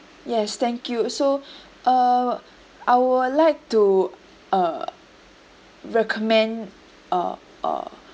yes thank you so uh I would like to uh recommend uh uh